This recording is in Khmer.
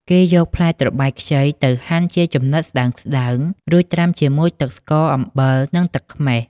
គេយកផ្លែត្របែកខ្ចីទៅហាន់ជាចំណិតស្តើងៗ រួចត្រាំជាមួយទឹកស្ករ អំបិល និងទឹកខ្មេះ។